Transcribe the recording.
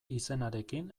izenarekin